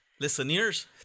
Listeners